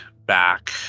back